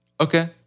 Okay